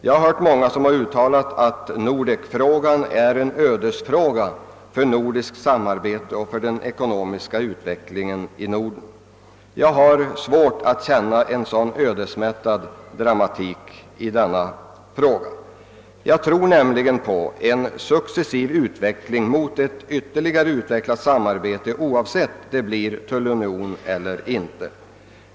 Jag har hört många som har uttalat att Nordekfrågan är en ödesfråga för nordiskt samarbete och för den ekonomiska utvecklingen i Norden. Jag har svårt att känna denna ödesmättade dramatik. Jag tror nämligen på en successiv utveckling mot ytterligare samarbete, oavsett om det blir en tullunion eller inte.